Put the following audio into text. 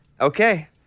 okay